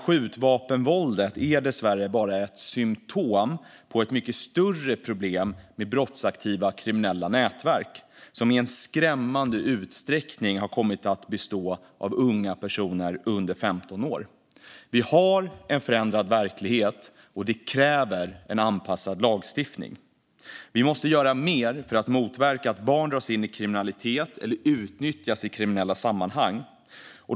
Skjutvapenvåldet är dessvärre bara ett symtom på ett mycket större problem med brottsaktiva kriminella nätverk, som i skrämmande utsträckning har kommit att bestå av unga personer under 15 år. Vi har en förändrad verklighet, och det kräver en anpassad lagstiftning. Vi måste göra mer för att motverka att barn dras in i kriminalitet eller utnyttjas i kriminella sammanhang.